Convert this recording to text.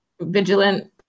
vigilant